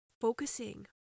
focusing